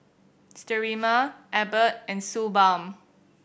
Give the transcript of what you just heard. Sterimar Abbott and Suu Balm